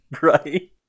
Right